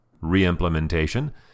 re-implementation